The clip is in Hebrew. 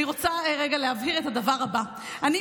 אני רוצה רגע להבהיר את הדבר הבא: אני